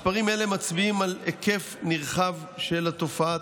מספרים אלה מצביעים על היקף נרחב של התופעה.